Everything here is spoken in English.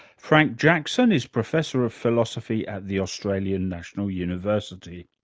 frank jackson is professor of philosophy at the australian national university.